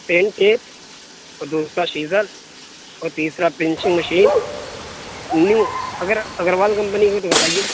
pain tape اور دوسرا scissor اور تیسرا پنچنگ مشین نیو اگر اگروال کمپنی کی ہو تو بتائیے